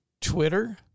Twitter